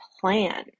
plan